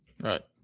Right